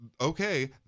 okay